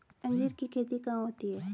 अंजीर की खेती कहाँ होती है?